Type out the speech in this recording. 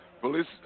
police